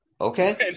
Okay